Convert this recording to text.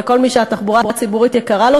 וכל מי שהתחבורה הציבורית יקרה לו,